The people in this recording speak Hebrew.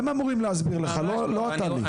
הם אמורים להסביר לך, לא אתה לי.